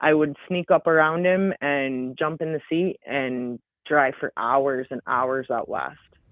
i would sneak up around him and jump in the seat and drive for hours and hours out west.